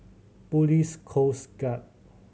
Police Coast Guard